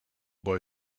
boy